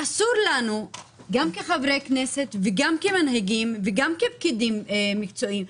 אסור לנו גם כחברי כנסת וגם כמנהיגים וגם כפקידים מקצועיים,